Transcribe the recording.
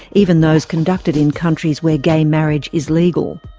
even those conducted in countries where gay marriage is legal.